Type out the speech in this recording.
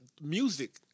music